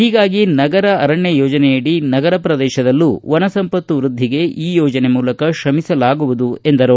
ಹೀಗಾಗಿ ನಗರ ಅರಣ್ಯ ಯೋಜನೆಯಡಿ ನಗರ ಪ್ರದೇಶದಲ್ಲೂ ವನ ಸಂಪತ್ತು ವ್ಯದ್ಧಿಗೆ ಈ ಯೋಜನೆ ಮೂಲಕ ಶ್ರಮಿಸಲಾಗುವುದು ಎಂದರು